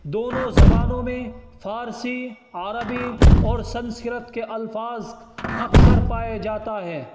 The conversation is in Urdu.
دونوں زبانوں میں فارسی عربی اور سنسکرت کے الفاظ اکثر پائے جاتا ہے